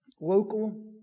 Local